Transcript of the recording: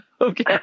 Okay